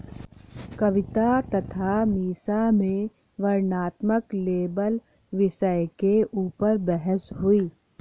कविता तथा मीसा में वर्णनात्मक लेबल विषय के ऊपर बहस हुई